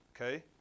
okay